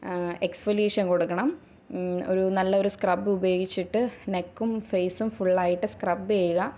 exfoliation കൊടുക്കണം ഒരു നല്ലൊരു സ്ക്രബ്ബ് ഉപയോഗിച്ചിട്ട് നെക്കും ഫേസും ഫുള്ളായിട്ട് സ്ക്രബ്ബ് ചെയ്യുക